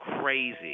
crazy